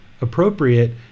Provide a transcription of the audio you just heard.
appropriate